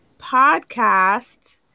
podcast